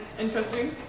Interesting